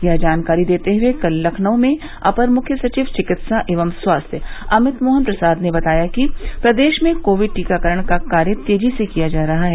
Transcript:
यह जानकारी देते हुए कल लखनऊ में अपर मुख्य सचिव चिकित्सा एवं स्वास्थ्य अमित मोहन प्रसाद ने बताया कि प्रदेश में कोविड टीकाकरण का कार्य तेजी से किया जा रहा है